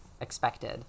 expected